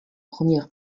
premières